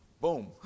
boom